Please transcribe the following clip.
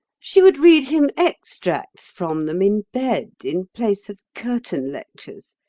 she would read him extracts from them in bed, in place of curtain lectures.